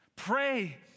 Pray